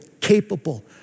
capable